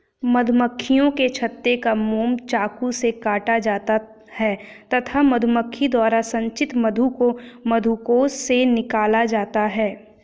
मधुमक्खियों के छत्ते का मोम चाकू से काटा जाता है तथा मधुमक्खी द्वारा संचित मधु को मधुकोश से निकाला जाता है